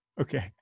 Okay